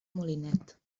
molinet